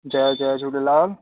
जय जय झूलेलाल